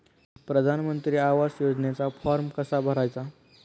प्रधानमंत्री आवास योजनेचा फॉर्म कसा भरायचा?